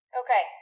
Okay